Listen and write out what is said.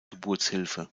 geburtshilfe